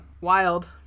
Wild